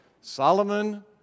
Solomon